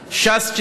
ש"ס,